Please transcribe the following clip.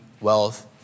wealth